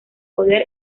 poder